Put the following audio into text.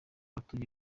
utuye